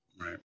right